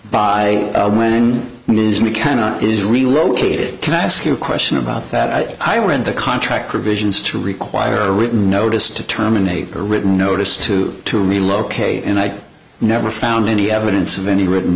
by when we cannot is relocate it can i ask you a question about that i went the contract provisions to require a written notice to terminate a written notice to to relocate and i never found any evidence of any written